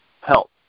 Help